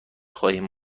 خواهیم